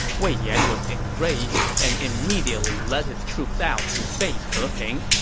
wei yan was enraged and immediately led his troops out to face he ping.